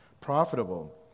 profitable